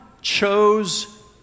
chose